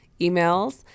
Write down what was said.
emails